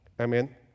Amen